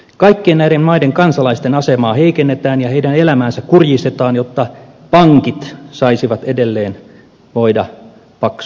kaikkien näiden maiden kansalaisten asemaa heikennetään ja heidän elämäänsä kurjistetaan jotta pankit saisivat edelleen voida paksusti